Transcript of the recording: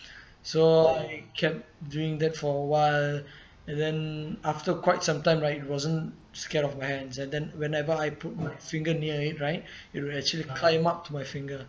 so I kept doing that for awhile and then after quite some time right it wasn't scared of my hands and then whenever I put my finger near it right it will actually climb up to my finger